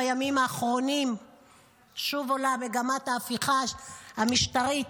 בימים האחרונים שוב עולה מגמת ההפיכה המשטרית.